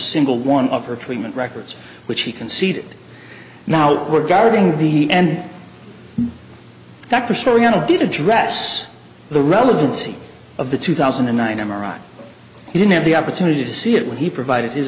single one of her treatment records which he conceded now were guarding the end that persona did address the relevancy of the two thousand and nine m r i he didn't have the opportunity to see it when he provided his